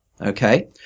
okay